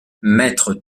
maître